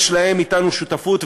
יש להם אתנו שותפות,